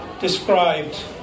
described